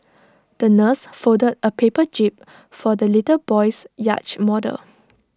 the nurse folded A paper jib for the little boy's yacht model